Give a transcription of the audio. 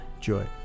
Joy